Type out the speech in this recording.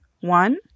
One